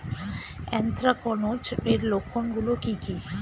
Anthracnose এর লক্ষণ গুলো কি কি?